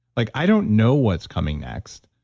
like, i don't know what's coming next,